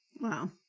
Wow